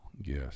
Yes